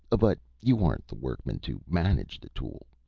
but you aren't the workman to manage the tool.